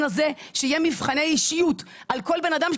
הזה שיהיה מבחני אישיות על כל בן אדם,